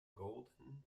golden